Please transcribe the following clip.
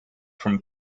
from